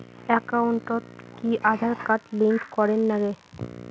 একাউন্টত কি Aadhaar card link করের নাগে?